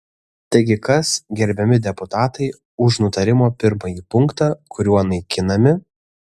taigi kas gerbiami deputatai už nutarimo pirmąjį punktą kuriuo naikinami